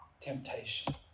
temptation